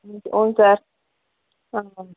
ಹ್ಞೂ ಸರ್ ಹಾಂ